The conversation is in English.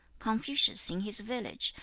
confucius, in his village,